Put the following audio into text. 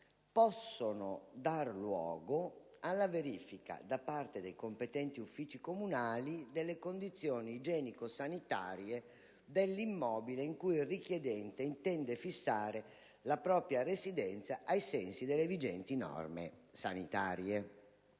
possono dar luogo alla verifica, da parte dei competenti uffici comunali, delle condizioni igienico-sanitarie dell'immobile in cui il richiedente intende fissare la propria residenza, ai sensi delle vigenti norme sanitarie».